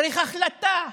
צריך החלטה.